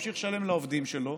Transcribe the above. ימשיך לשלם לעובדים שלו,